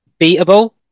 beatable